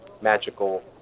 magical